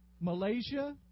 Malaysia